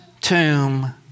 tomb